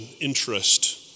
interest